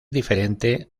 diferente